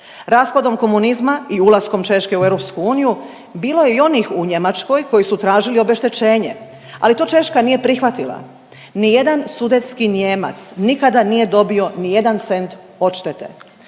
Raspadom komunizma i ulaskom Češke u EU bilo je i onih u Njemačkoj koji su tražili obeštećenje, ali to Češka nije prihvatila. Ni jedan Sudetski Nijemac nikada nije dobio ni jedan cent odštete.